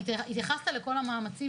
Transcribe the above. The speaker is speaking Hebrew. והתייחסת לכל המאמצים,